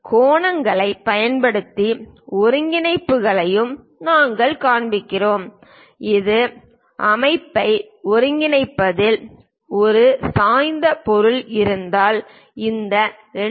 கோணங்களைப் பயன்படுத்தி ஒருங்கிணைப்புகளையும் நாங்கள் காண்பித்திருக்கிறோம் இது அமைப்பை ஒருங்கிணைப்பதில் ஒரு சாய்ந்த பொருள் இருந்தால் இந்த 2